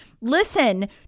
Listen